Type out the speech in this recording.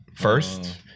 First